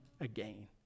again